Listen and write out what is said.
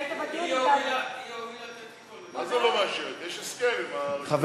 של חבר